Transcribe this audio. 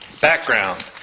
Background